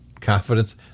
confidence